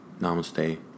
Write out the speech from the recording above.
Namaste